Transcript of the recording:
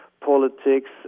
politics